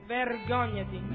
vergognati